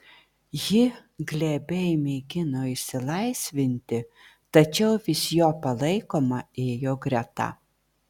ji glebiai mėgino išsilaisvinti tačiau vis jo palaikoma ėjo greta